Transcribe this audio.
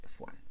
F1